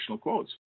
quotes